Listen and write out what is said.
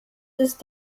ist